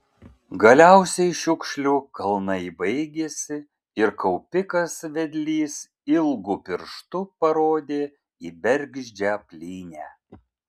galiausiai šiukšlių kalnai baigėsi ir kaupikas vedlys ilgu pirštu parodė į bergždžią plynę